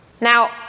Now